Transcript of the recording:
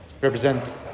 represent